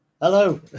Hello